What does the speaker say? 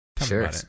sure